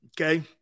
Okay